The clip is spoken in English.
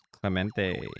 Clemente